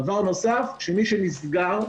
דבר נוסף שמי שנסגר,